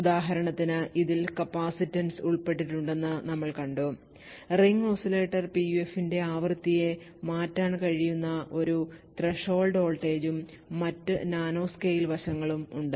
ഉദാഹരണത്തിന് ഇതിൽ കപ്പാസിറ്റൻസ് ഉൾപ്പെട്ടിട്ടുണ്ടെന്ന് നമ്മൾ കണ്ടു റിംഗ് ഓസിലേറ്റർ പിയുഎഫിന്റെ ആവൃത്തിയെ മാറ്റാൻ കഴിയുന്ന ഒരു ത്രെഷോൾഡ് വോൾട്ടേജും മറ്റ് നാനോസ്കെയിൽ വശങ്ങളും ഉണ്ട്